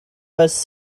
was